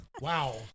Wow